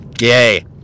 Yay